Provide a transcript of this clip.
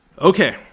Okay